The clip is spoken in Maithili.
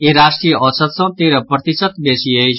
ई राष्ट्रीय औसत सँ तेरह प्रतिशत बेसी अछि